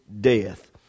death